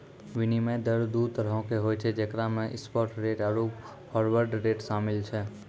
विनिमय दर दु तरहो के होय छै जेकरा मे स्पाट रेट आरु फारवर्ड रेट शामिल छै